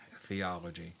theology